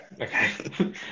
Okay